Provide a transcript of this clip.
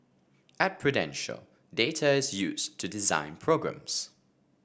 at Prudential data is used to design programmes